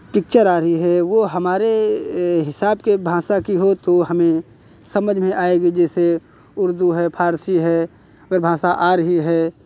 picture आ रही है वो हमारे हिसाब के भाषा की हो तो हमें समझ में आएगी जैसे उर्दू है फ़ारसी है अगर भाषा आ रही है